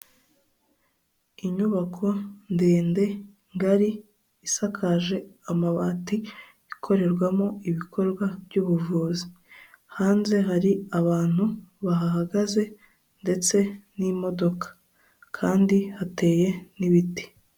Inyubako ndende, ngari, isakaje amabati, ikorerwamo ibikorwa by'ubuvuzi, hanze hari abantu bahahagaze ndetse n'imodoka kandi hateye n'ibiti.